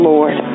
Lord